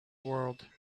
world